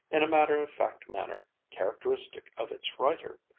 in a matter-of-fact manner characteristic of its writer,